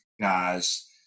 guys